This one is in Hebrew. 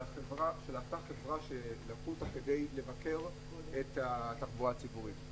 אותה חברה שלקחו אותה כדי לבקר את התחבורה הציבורית.